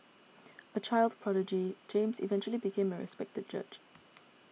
a child prodigy James eventually became a respected judge